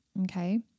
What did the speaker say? Okay